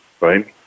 right